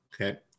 Okay